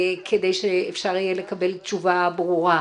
כדי שאפשר יהיה לקבל תשובה ברורה.